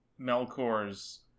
Melkor's